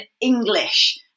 English